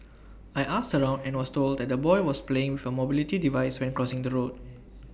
I asked around and was told that the boy was playing from mobility device when crossing the road